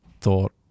thought